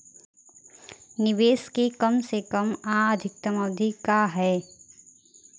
निवेश के कम से कम आ अधिकतम अवधि का है?